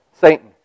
Satan